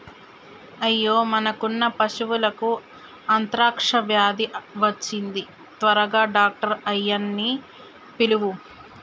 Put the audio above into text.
అయ్యో మనకున్న పశువులకు అంత్రాక్ష వ్యాధి వచ్చింది త్వరగా డాక్టర్ ఆయ్యన్నీ పిలువు